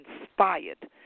inspired